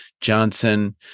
Johnson